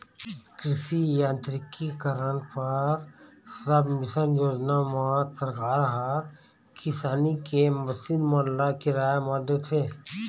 कृषि यांत्रिकीकरन पर सबमिसन योजना म सरकार ह किसानी के मसीन मन ल किराया म देथे